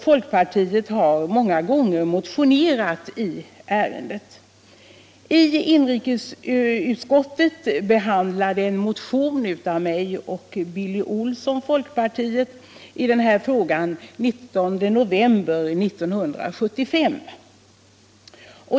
Folkpartiet har många gånger motionerat i ärendet. I inrikesutskottet behandlades en motion i den här frågan av mig och Billy Olsson, folkpartiet, den 19 november 1975.